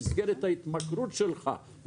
במסגרת ההתמכרות שלך,